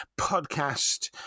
podcast